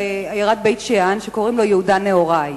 בעיירה בית-שאן שקוראים לו יהודה נהוראי.